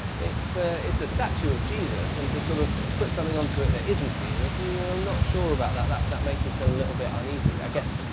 it's ah it's a statue of jesus and to, sort of, put something on to it that isn't jesus, i'm not sure about that. that that makes me feel a little bit uneasy. i guess,